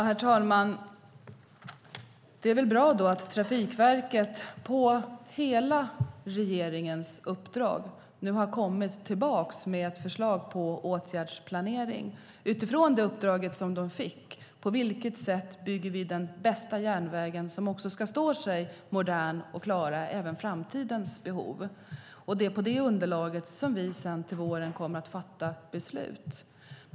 Herr talman! Det är väl bra då att Trafikverket på hela regeringens uppdrag nu har kommit tillbaka med ett förslag till åtgärdsplanering utifrån på vilket sätt vi bygger den bästa järnvägen som ska stå sig modern och klara även framtidens behov. Det är utifrån detta underlag som vi till våren kommer att fatta beslut.